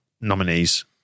nominees